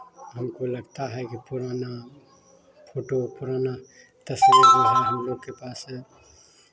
हमको लगता है कि पुराना फोटो पुराना तस्वीर जो है हम लोग के पास है